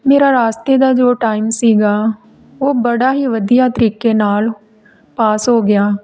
ਮੇਰਾ ਰਾਸਤੇ ਦਾ ਜੋ ਟਾਈਮ ਸੀਗਾ ਉਹ ਬੜਾ ਹੀ ਵਧੀਆ ਤਰੀਕੇ ਨਾਲ ਪਾਸ ਹੋ ਗਿਆ